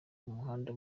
umuhanda